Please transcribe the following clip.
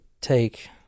take